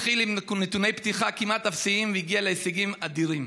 התחיל עם נתוני פתיחה כמעט אפסיים והגיע להישגים אדירים.